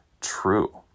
true